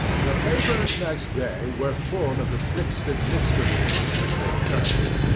the papers next day were full of the brixton mystery, as they termed it.